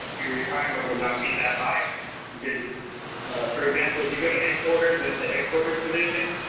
your retirement would not be that high because for example, if you go to headquarters and if the headquarter position,